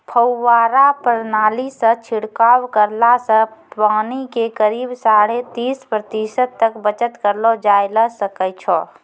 फव्वारा प्रणाली सॅ छिड़काव करला सॅ पानी के करीब साढ़े तीस प्रतिशत तक बचत करलो जाय ल सकै छो